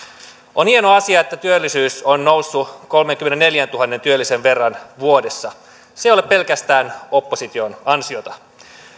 on hieno asia että työllisyys on noussut kolmenkymmenenneljäntuhannen työllisen verran vuodessa se ei ole pelkästään opposition ansiota